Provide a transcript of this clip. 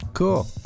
Cool